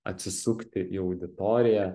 atsisukti į auditoriją